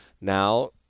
Now